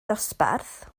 ddosbarth